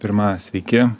pirma sveiki